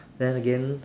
then again